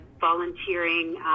volunteering